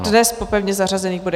Dnes po pevně zařazených bodech.